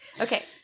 Okay